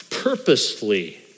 purposefully